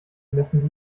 messen